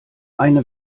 eine